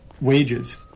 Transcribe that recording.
wages